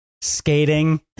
skating